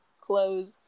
clothes